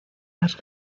las